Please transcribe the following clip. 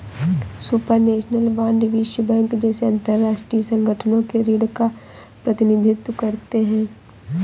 supranational bond विश्व bank जैसे अंतरराष्ट्रीय संगठनों के ऋण का प्रतिनिधित्व करते हैं